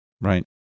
Right